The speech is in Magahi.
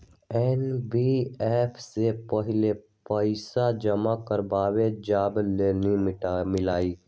एन.बी.एफ.सी पहले पईसा जमा करवहई जब लोन मिलहई?